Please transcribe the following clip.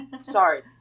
sorry